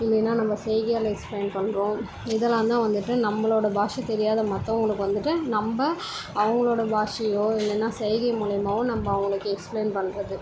இல்லைன்னா நம்ம செய்கையால் எக்ஸ்ப்ளைன் பண்ணுறோம் இதெல்லாம் தான் வந்துட்டு நம்மளோட பாஷை தெரியாத மற்றவங்களுக்கு வந்துட்டு நம்ம அவங்களோட பாஷையோ இல்லைன்னா செய்கை மூலயமாவும் நம்ம அவங்களுக்கு க்ஸ்ப்ளைன் பண்ணுறது